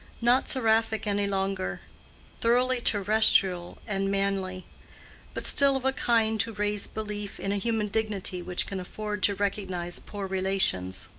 not seraphic any longer thoroughly terrestrial and manly but still of a kind to raise belief in a human dignity which can afford to recognize poor relations.